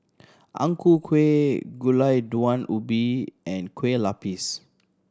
Ang Ku Kueh Gulai Daun Ubi and Kueh Lapis